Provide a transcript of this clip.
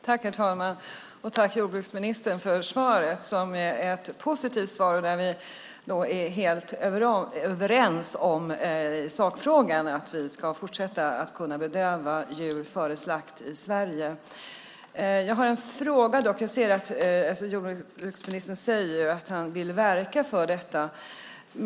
Herr talman! Tack, jordbruksministern för svaret. Det är ett positivt svar. Vi är helt överens om sakfrågan, att vi i Sverige ska kunna fortsätta att bedöva djur före slakt. Jordbruksministern säger ju att han vill verka för detta.